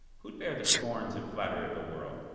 who'd bear the scorns and flatt'ry of the world,